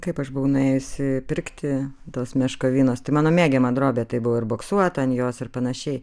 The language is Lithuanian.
kaip aš buvau nuėjusi pirkti tos meškovinos tai mano mėgiama drobė tai buvo ir buksuota ant jos ir panašiai